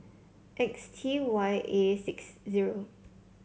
X T Y A six zero